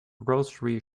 grocery